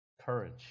Courage